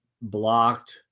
blocked